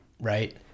right